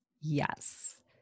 Yes